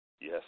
Yes